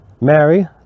Mary